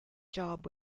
job